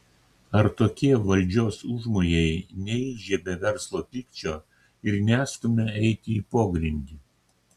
ar tokie valdžios užmojai neįžiebia verslo pykčio ir nestumia eiti į pogrindį